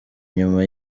nyuma